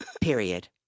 period